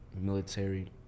military